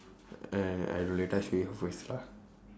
!hais! I don't know later I show you her face lah